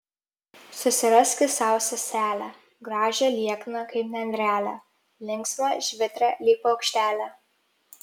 susiraski sau seselę gražią liekną kaip nendrelę linksmą žvitrią lyg paukštelę